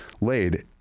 laid